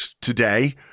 today